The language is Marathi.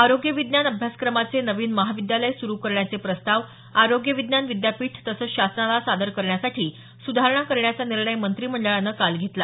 आरोग्य विज्ञान अभ्यासक्रमाचे नवीन महाविद्यालय सुरू करण्याचे प्रस्ताव आरोग्य विज्ञान विद्यापीठ तसंच शासनाला सादर करण्यासाठी सुधारणा करण्याचा निर्णय मंत्रिमंडळाने काल घेतला